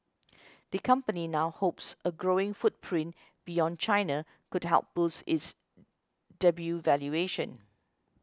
the company now hopes a growing footprint beyond China could help boost its debut valuation